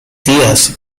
tías